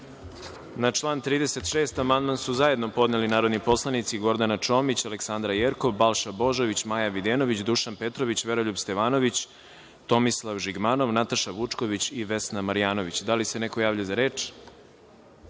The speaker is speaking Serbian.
član 36. amandman su zajedno podneli narodni poslanici Gordana Čomić, Aleksandra Jerkov, Balša Božović, Maja Videnović, Dušan Petrović, Veroljub Stevanović, Tomislav Žigmanov, Nataša Vučković i Vesna Marjanović. Da li se neko javlja za reč?